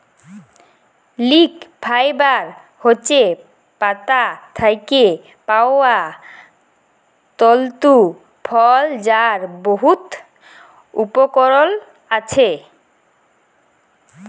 leaf fibre হছে পাতা থ্যাকে পাউয়া তলতু ফল যার বহুত উপকরল আসে